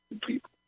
people